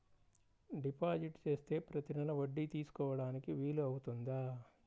Deposit చేస్తే ప్రతి నెల వడ్డీ తీసుకోవడానికి వీలు అవుతుందా?